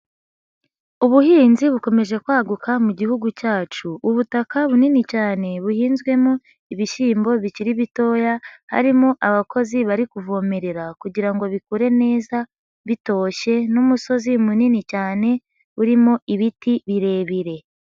Ubuhinzi bukomeje kwaguka mu gihugu cyacu. Ubutaka bunini cyane, buhinzwemo ibishyimbo bikiri bitoya, harimo abakozi bari kuvomerera kugira ngo bikure neza, bitoshye n'umusozi munini cyane, urimo ibiti birebire.